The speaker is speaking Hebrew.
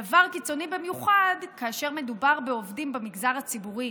הדבר קיצוני במיוחד כאשר מדובר בעובדים במגזר הציבורי,